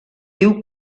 diu